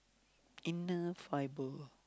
inner fiber